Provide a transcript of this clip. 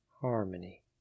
Harmony